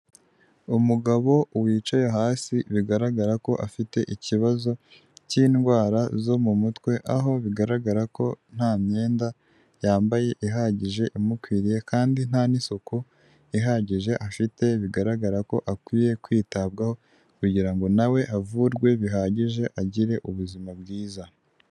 Umugabo wicaye hasi bigaragara ko afite ikibazo cy'indwara zo mu mutwe aho bigaragara ko nta myenda yambaye ihagije imukwiriye kandi nta n'isuku ihagije afite, bigaragara ko akwiye kwitabwaho kugira ngo nawe avurwe bihagije agire ubuzima bwiza.